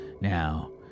Now